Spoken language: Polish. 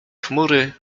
chmury